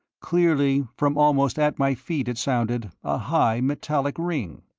clearly, from almost at my feet, it sounded, a high, metallic ring.